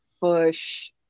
Bush